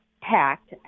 packed